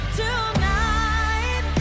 tonight